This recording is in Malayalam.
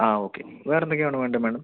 ആ ഓക്കെ വേറെന്തൊക്കെയാണ് വേണ്ടത് മേഡം